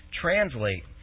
translate